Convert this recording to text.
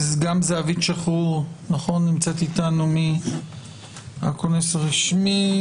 זהבית שחרור מהכונס הרשמי.